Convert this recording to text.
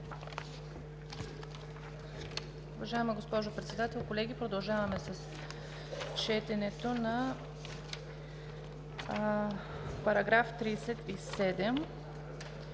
Уважаема госпожо Председател, колеги! Продължаваме с четенето на § 37,